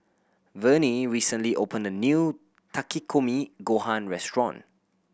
Vernie recently opened a new Takikomi Gohan Restaurant